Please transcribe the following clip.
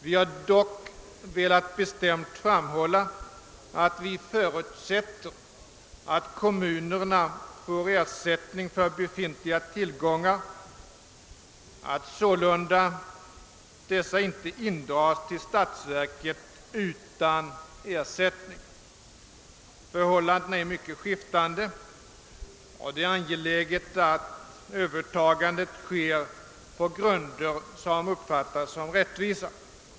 Vi har dock velat bestämt framhålla att vi förutsätter att kommunerna får ersättning för befintliga tillgångar, att sålunda dessa inte indras till statsverket utan ersättning. Förhållandena i olika kommuner är mycket skiftande, och det är angeläget att övertagandet sker på grunder som uppfattas som rättvisa.